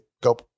go